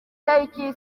taliki